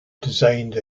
designed